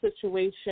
situation